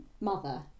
mother